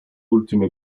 ultimo